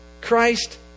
Christ